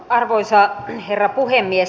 arvoisa herra puhemies